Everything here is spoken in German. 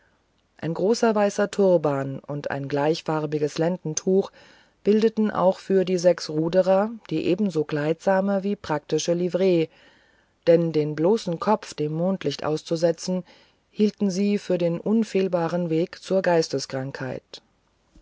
ein großer weißer turban und ein gleichfarbiges lendentuch bildeten auch für die sechs ruderer die ebenso kleidsame wie praktische livree denn den bloßen kopf dem mondlicht auszusetzen hielten sie für den unfehlbaren weg zur geisteskrankheit